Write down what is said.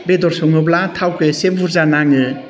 बेदर सङोब्ला थावखौ एसे बुरजा नाङो